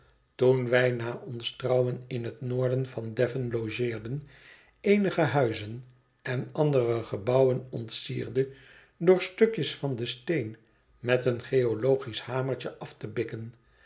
toen wij na ons trouwen in het noorden van devon logeerden eenige huizen en andere gebouwen ontsierde door stukjes van den steen met een geologisch hamertje af te bikken